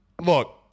look